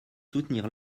soutenir